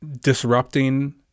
disrupting